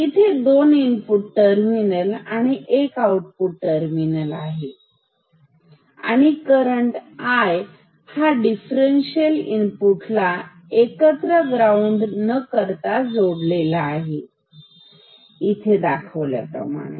इथे दोन input terminal आणि एक आउटपुट टर्मिनल आहे आणि करंट हा डिफरन्ससियल इन पुट ला एकत्र ग्राउंड न करता जोडलेला आहे इथे दाखविल्याप्रमाणे